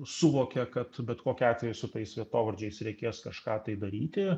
suvokė kad bet kokiu atveju su tais vietovardžiais reikės kažką tai daryti